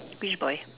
which boy